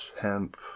hemp